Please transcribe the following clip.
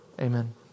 Amen